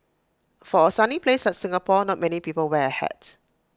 for A sunny place like Singapore not many people wear A hat